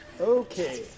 Okay